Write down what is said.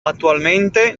attualmente